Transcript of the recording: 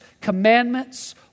commandments